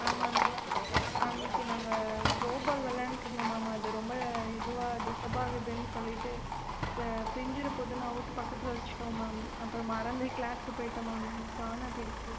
ஆமாம் அன்னிக் அன்னிக்கு நாங்கள் த்ரோபால் விளையாண்ட்ருந்தோம் மேம் அது ரொம்ப இதுவாக டிஸ்டர்பாகுதுன்னு சொல்லிவிட்டு பெ பிஞ்சிறப்போதுன்னு அவுத்து பக்கத்தில் வச்சுட்டோம் மேம் அப்புறம் மறந்து க்ளாஸ்க்கு போய்விட்டேன் மேம் காணாமல் போய்டுச்சி